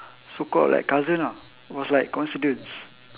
so called like cousin ah was like coincidence